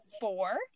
four